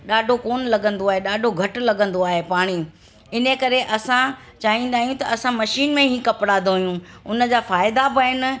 ॾाढो कोनि लॻंदो आहे ॾाढो घटि लॻंदो आहे पाणी इन करे असां चाहींदा आ्यूंहि त असं मशीन में ई कपिड़ा धोयूं उन जा फ़ाइदा बि आहिनि